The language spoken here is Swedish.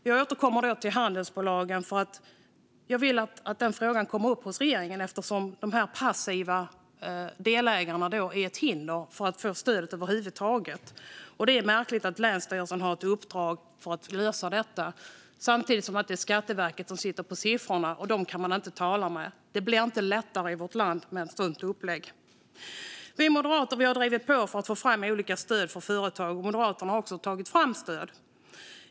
Jag återkommer till handelsbolagen därför att jag vill att frågan kommer upp hos regeringen, eftersom de här passiva delägarna alltså är ett hinder för att över huvud taget få stödet. Det är märkligt att länsstyrelserna har i uppdrag att lösa detta samtidigt som det är Skatteverket som sitter på siffrorna - och dem kan man inte tala med. Det blir inte lättare i vårt land med ett sådant upplägg. Vi moderater har drivit på för att få fram olika stöd för företag, och Moderaterna har också tagit fram stöd.